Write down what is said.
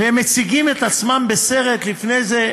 והם מציגים את עצמם בסרט לפני זה,